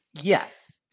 Yes